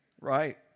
right